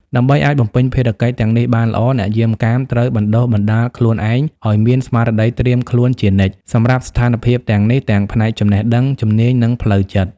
ដើម្បីអាចបំពេញភារកិច្ចទាំងនេះបានល្អ អ្នកយាមកាមត្រូវ បណ្ដុះបណ្ដាលខ្លួនឯងឲ្យមានស្មារតីត្រៀមខ្លួនជានិច្ច សម្រាប់ស្ថានភាពទាំងនេះ ទាំងផ្នែកចំណេះដឹង ជំនាញ និងផ្លូវចិត្ត។